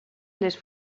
les